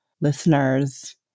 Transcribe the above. listeners